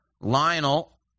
Lionel